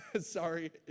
Sorry